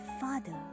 father